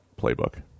playbook